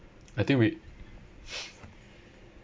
I think we